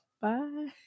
bye